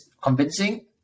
convincing